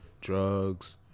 drugs